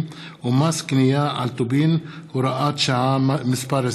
ומס קנייה על טובין (הוראת שעה מס' 9),